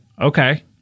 Okay